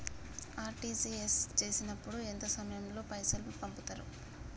RTGS చేసినప్పుడు ఎంత సమయం లో పైసలు పంపుతరు?